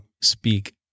speak